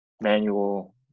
manual